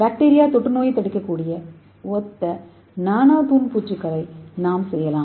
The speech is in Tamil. பாக்டீரியா தொற்றுநோயைத் தடுக்கக்கூடிய ஒத்த நானோ தூண் பூச்சுகளை நாம் செய்யலாம்